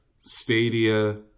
Stadia